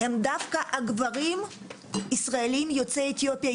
הם דווקא הגברים הישראלים יוצאי אתיופיה,